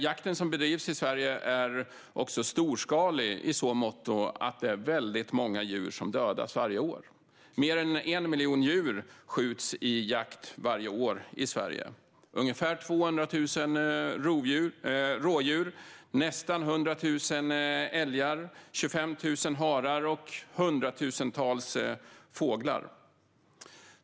Jakten som bedrivs i Sverige är dock också storskalig i så måtto att det är väldigt många djur som dödas varje år. Fler än 1 miljon djur skjuts varje år i jakt i Sverige: ungefär 200 000 rådjur, nästan 100 000 älgar, 25 000 harar och hundratusentals fåglar.